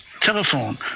telephone